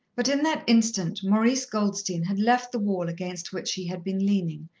but in that instant maurice goldstein had left the wall against which he had been leaning,